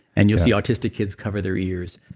and you'll see autistic kids cover their ears.